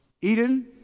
Eden